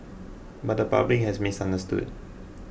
but the public has misunderstood